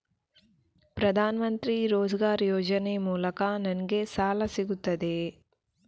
ಪ್ರದಾನ್ ಮಂತ್ರಿ ರೋಜ್ಗರ್ ಯೋಜನೆ ಮೂಲಕ ನನ್ಗೆ ಸಾಲ ಸಿಗುತ್ತದೆಯೇ?